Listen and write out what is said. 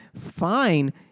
Fine